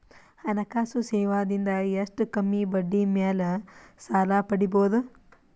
ಹಣಕಾಸು ಸೇವಾ ದಿಂದ ಎಷ್ಟ ಕಮ್ಮಿಬಡ್ಡಿ ಮೇಲ್ ಸಾಲ ಪಡಿಬೋದ?